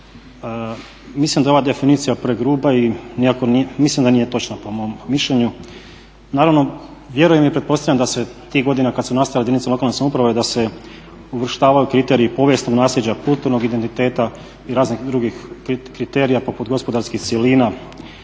Mislim da je ova definicija pregruba i mislim da nije točna po mom mišljenju. Naravno vjerujem i pretpostavljam se tih godina kada su nastale jedinice lokalne samouprave da se uvrštavaju kriteriji povijesnog nasljeđa, kulturnog identiteta i raznih drugih kriterija poput gospodarskih silina.